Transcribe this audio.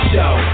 Show